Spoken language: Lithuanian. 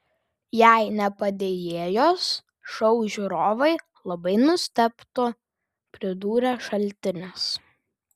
jei ne padėjėjos šou žiūrovai labai nustebtų pridūrė šaltinis